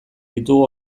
ditugu